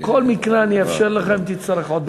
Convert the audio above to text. בכל מקרה אני אאפשר לך, אם תצטרך, עוד דקה.